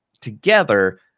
together